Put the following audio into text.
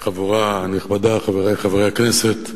חבורה נכבדה, חברי חברי הכנסת,